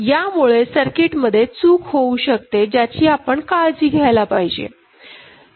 यामुळे सर्किट मध्ये चूक होऊ शकते ज्याची आपण काळजी घ्यायला पाहिजे